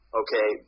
okay